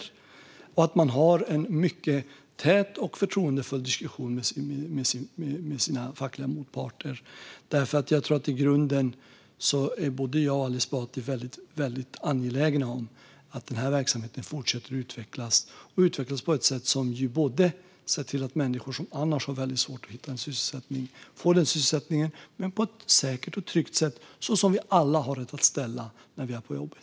Det handlar också om att man har en mycket tät och förtroendefull diskussion med sina fackliga motparter. Jag tror att både jag och Ali Esbati i grunden är väldigt angelägna om att denna verksamhet fortsätter att utvecklas och att den utvecklas så att människor som annars har väldigt svårt att hitta en sysselsättning får sysselsättning men på ett säkert och tryggt sätt, så som vi alla har rätt att ha det när vi är på jobbet.